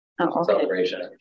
Celebration